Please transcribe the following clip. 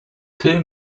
two